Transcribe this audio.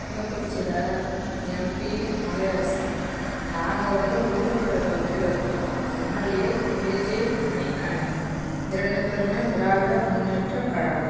கள்ளக்குறிச்சியில் எம்பி மலையரசன் நாங்கள் வந்து உளுந்தூர்பேட்டை தொகுதியில் இருக்கோம் எம்எல்ஏ ஏஜே மணிகண்ணன் இரண்டு பேருமே திராவிட முன்னேற்ற கழகம்